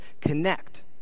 Connect